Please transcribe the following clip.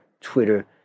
Twitter